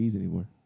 anymore